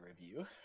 review